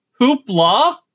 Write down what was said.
Hoopla